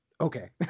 okay